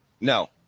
No